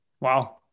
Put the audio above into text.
Wow